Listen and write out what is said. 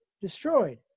destroyed